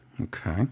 Okay